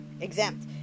exempt